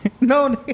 No